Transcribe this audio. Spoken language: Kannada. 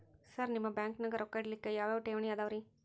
ಸರ್ ನಿಮ್ಮ ಬ್ಯಾಂಕನಾಗ ರೊಕ್ಕ ಇಡಲಿಕ್ಕೆ ಯಾವ್ ಯಾವ್ ಠೇವಣಿ ಅವ ರಿ?